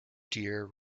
dear